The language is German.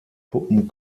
puppen